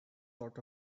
sort